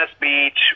Beach